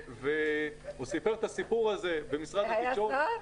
הוא סיפר את הסיפור הזה במשרד התקשורת.